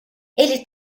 ele